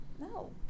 No